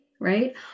Right